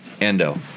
Endo